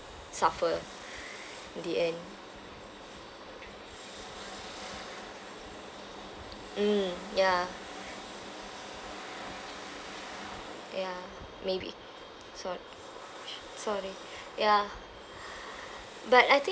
suffer in the end mm ya ya maybe sor~ sorry ya but I think